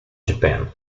japan